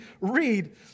read